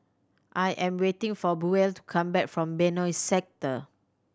I am waiting for Buell to come back from Benoi Sector